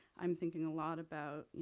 i'm thinking a lot about, you